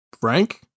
Frank